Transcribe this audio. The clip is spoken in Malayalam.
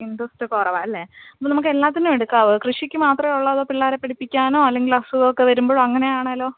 ഇൻട്രസ്റ്റ് കുറവാണ് അല്ലെ അപ്പോൾ നമുക്ക് എല്ലാത്തിനും എടുക്കാവോ കൃഷിക്ക് മാത്രമേ ഉള്ളോ അതോ പിള്ളേരെ പഠിപ്പിക്കാനോ അല്ലെങ്കിൽ അസുഖം ഒക്കെ വരുമ്പോഴൊ അങ്ങനെയാണേലോ